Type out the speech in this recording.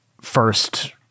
first